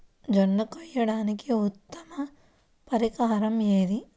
జొన్న కోయడానికి ఉత్తమ పరికరం ఏది?